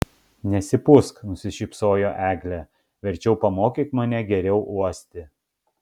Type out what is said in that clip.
nesipūsk nusišypsojo eglė verčiau pamokyk mane geriau uosti